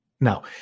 Now